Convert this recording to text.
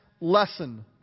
lesson